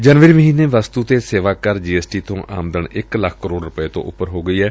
ਜਨਵਰੀ ਮਹੀਨੇ ਵਸੜੂ ਅਤੇ ਸੇਵਾ ਕਰ ਜੀ ਐਸ ਟੀ ਤੋ ਆਮਦਨ ਇਕ ਲੱਖ ਕਰੋੜ ਤੋ ਉਪਰ ਹੋ ਗਈ ਏ